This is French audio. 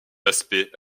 aspect